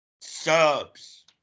subs